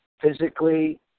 physically